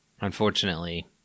Unfortunately